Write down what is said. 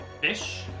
Fish